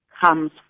comes